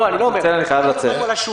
אני חייב לצאת.